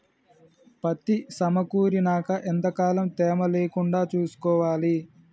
పత్తి సమకూరినాక ఎంత కాలం తేమ లేకుండా చూసుకోవాలి?